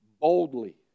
boldly